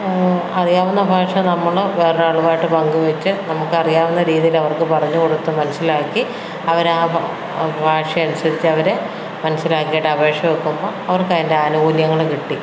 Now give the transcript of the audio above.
അറിയാവുന്ന ഭാഷ നമ്മൾ വേറെ ഒരാളുമായിട്ട് പങ്കു വച്ച് നമുക്ക് അറിയാവുന്ന രീതിയിൽ അവർക്ക് പറഞ്ഞു കൊടുത്ത് മനസിലാക്കി അവർ ആ ഭാഷ അനുസരിച്ച് അവർ മനസിലാക്കിയിട്ട് അപേക്ഷ വയ്ക്കുമ്പം അവർക്ക് അതിൻ്റെ ആനുകൂല്യങ്ങൾ കിട്ടി